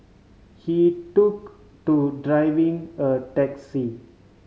he took to driving a taxi